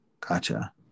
Gotcha